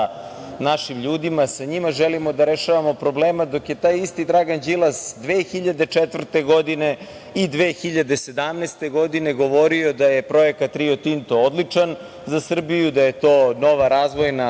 našim ljudima, sa njima želimo da rešavamo probleme, dok je taj isti Dragan Đilas 2004. godine i 2017. godine govorio da je projekat „Rio Tinto“ odličan za Srbiju, da je to nova razvojna